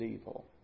evil